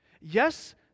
Yes